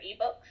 eBooks